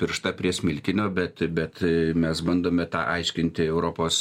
pirštą prie smilkinio bet bet mes bandome tą aiškinti europos